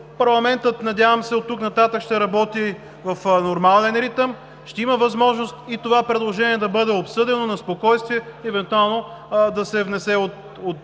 Парламентът, надявам се, оттук нататък ще работи в нормален ритъм, ще има възможност и това предложение да бъде обсъдено на спокойствие и евентуално да се внесе от този,